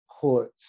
put